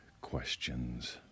questions